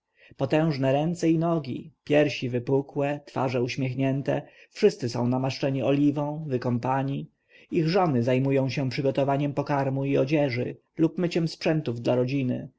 potężne ręce i nogi piersi wypukłe twarze uśmiechnięte wszyscy są namaszczeni oliwą wykąpani ich żony zajmują się przygotowywaniem pokarmu i odzieży lub myciem sprzętów dla rodziny